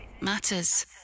matters